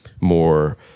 more